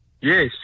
Yes